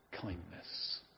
Kindness